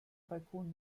balkon